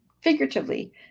figuratively